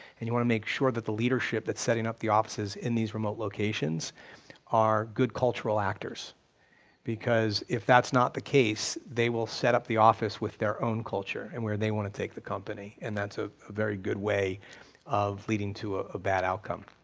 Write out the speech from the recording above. and you want to make sure that the leadership that's setting up the offices in these remote locations are good cultural actors because if that's not the case, they will set up the office with their own culture and where they want to take the company, and that's a very good way of leading to ah a bad outcome.